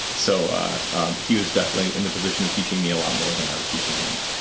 so he was definitely in the position of teaching me a lot more than i was teaching him.